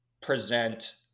present